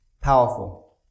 powerful